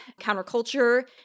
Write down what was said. counterculture